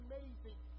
Amazing